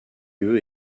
lieu